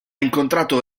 incontrato